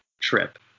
trip